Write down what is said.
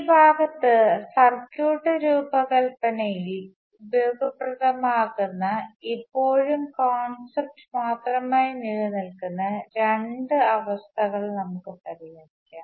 ഈ ഭാഗത്ത് സർക്യൂട്ട് രൂപകൽപ്പനയിൽ ഉപയോഗപ്രദമാകുന്ന ഇപ്പോഴും കോൺസെപ്റ്റ് മാത്രമായി നിൽക്കുന്ന രണ്ടു അവസ്ഥകൾ നമ്മുക്ക് പരിഗണിക്കാം